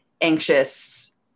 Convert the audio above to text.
anxious